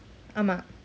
அம்மா:aama